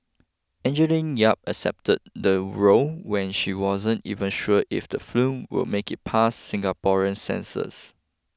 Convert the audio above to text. Angeline Yap accepted the role when she wasn't even sure if the film will make it past Singapore's censors